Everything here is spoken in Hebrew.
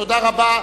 תודה רבה.